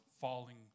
falling